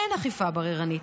אין אכיפה בררנית,